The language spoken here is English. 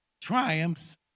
triumphs